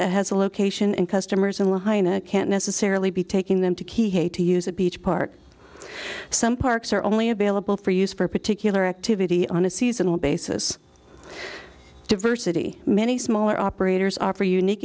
that has a location and customers in the hina can't necessarily be taking them to key hate to use a beach park some parks are only available for use for a particular activity on a seasonal basis diversity many smaller operators offer unique